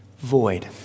void